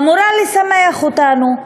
אמורה לשמח אותנו,